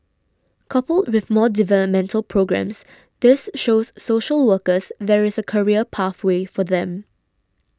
coupled with more developmental programmes this shows social workers there is a career pathway for them